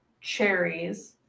cherries